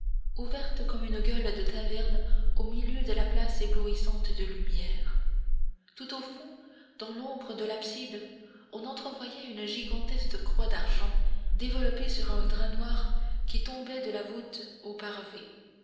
ouverte comme une gueule de taverne au milieu de la place éblouissante de lumière tout au fond dans l'ombre de l'abside on entrevoyait une gigantesque croix d'argent développée sur un drap noir qui tombait de la voûte